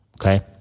okay